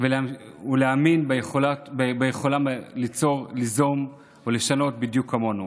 ולהאמין ביכולתם ליצור, ליזום ולשנות בדיוק כמונו.